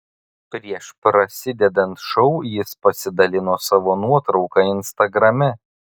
prieš prasidedant šou jis pasidalino savo nuotrauka instagrame